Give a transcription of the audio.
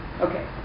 Okay